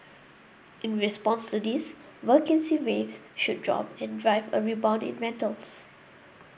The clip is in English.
in response to this vacancy rates should drop and drive a rebound in rentals